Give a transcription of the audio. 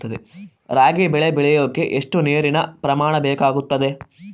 ರಾಗಿ ಬೆಳೆ ಬೆಳೆಯೋಕೆ ಎಷ್ಟು ನೇರಿನ ಪ್ರಮಾಣ ಬೇಕಾಗುತ್ತದೆ?